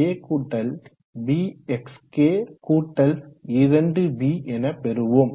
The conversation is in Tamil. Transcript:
abxk abxk2bஎன பெறுவோம்